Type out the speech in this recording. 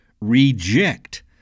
reject